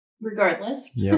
regardless